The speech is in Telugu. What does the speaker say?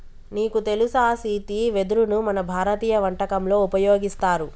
నీకు తెలుసా సీతి వెదరును మన భారతీయ వంటకంలో ఉపయోగిస్తారు